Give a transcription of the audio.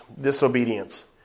disobedience